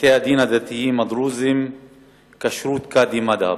בתי-הדין הדתיים הדרוזיים (תיקון מס' 18) (כשירות קאדי מד'הב).